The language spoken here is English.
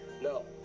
No